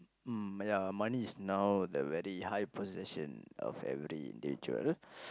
mm ya money is now the very high possession of every nature